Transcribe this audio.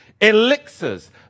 elixirs